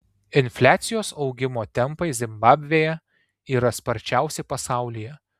infliacijos augimo tempai zimbabvėje yra sparčiausi pasaulyje